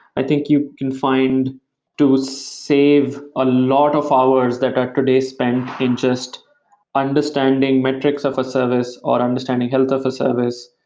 i think you can find to save a lot of hours that are today spent in just understanding metrics of a service, or understanding health of a service,